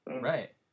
Right